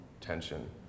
tension